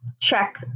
check